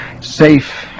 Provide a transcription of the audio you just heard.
safe